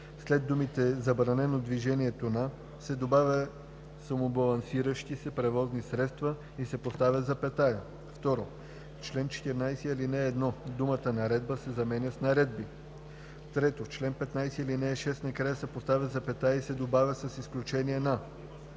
след думите „забранено движението на“ се добавя „самобалансиращи се превозни средства“ и се поставя запетая. 2. В чл. 14, ал. 1 думата „наредба“ се заменя с „наредби“. 3. В чл. 15, ал. 6 накрая се поставя запетая и се добавя „с изключение на: